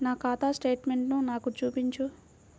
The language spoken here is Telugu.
నా ఖాతా స్టేట్మెంట్ను నాకు చూపించు